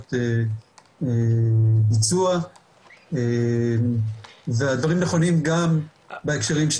פעולות ביצוע והדברים נכונים גם בהקשרים של